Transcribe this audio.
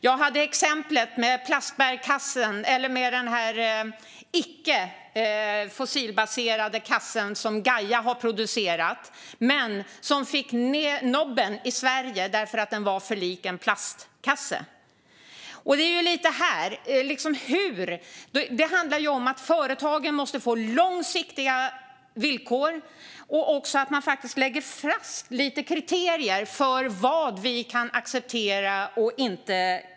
Jag tog upp exemplet med den icke-fossilbaserade kassen som Gaia producerat men som fick nobben i Sverige därför att den var för lik en plastkasse. Det handlar alltså om hur . Företagen måste få långsiktiga villkor, och man måste lägga fast kriterier för vad vi kan acceptera och inte.